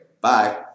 Bye